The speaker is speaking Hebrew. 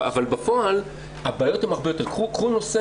אבל בפועל הבעיות הן הרבה יותר --- קחו נושא